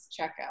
checkout